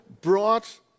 brought